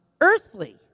earthly